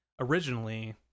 originally